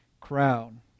crown